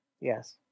Yes